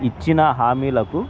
ఇచ్చిన హామీలకు